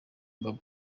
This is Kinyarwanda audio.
babo